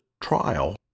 trial